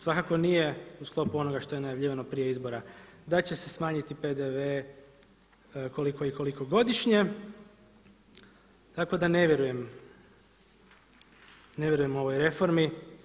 Svakako nije u sklopu onoga što je najavljivano prije izbora, da će se smanjiti PDV koliko i koliko godišnje, tako da ne vjerujem, ovoj reformi.